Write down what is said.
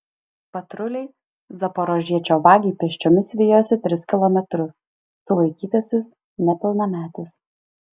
patruliai zaporožiečio vagį pėsčiomis vijosi tris kilometrus sulaikytasis nepilnametis